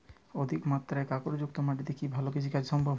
অধিকমাত্রায় কাঁকরযুক্ত মাটিতে কি ভালো কৃষিকাজ সম্ভব?